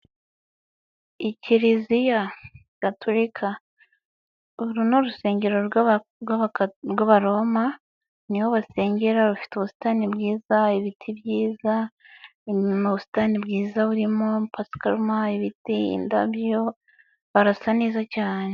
Kiriziya gaturika uru ni urusengero rw'abaroma niho basengera rufite ubusitani bwiza ibiti byiza mu busitani bwiza burimo pasikaruma, ibiti, indabyo barasa neza cyane.